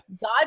God